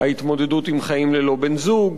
ההתמודדות עם חיים ללא בן-זוג,